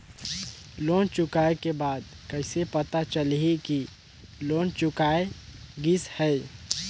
Loan चुकाय के बाद कइसे पता चलही कि लोन चुकाय गिस है?